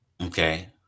Okay